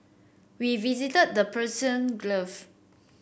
we visited the Persian